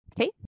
Okay